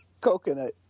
Coconut